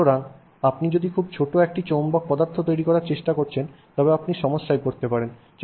সুতরাং আপনি যদি খুব ছোট একটি চৌম্বক পদার্থ তৈরি করার চেষ্টা করছেন তবে আপনি সমস্যায় পড়তে পারেন